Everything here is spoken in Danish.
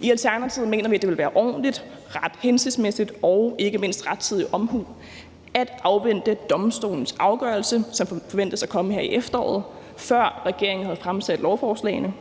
I Alternativet mener vi, at det ville have været ordentligt, hensigtsmæssigt og ikke mindst rettidig omhu at afvente Domstolens afgørelse, som forventes at komme i efteråret, før regeringen havde fremsat lovforslagene.